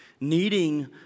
needing